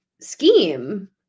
scheme